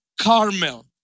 Carmel